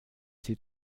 sie